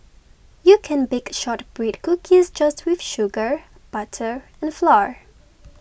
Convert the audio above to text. you can bake Shortbread Cookies just with sugar butter and flour